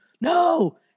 no